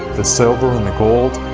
the silver, and the gold,